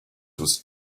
was